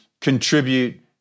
contribute